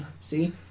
see